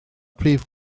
prif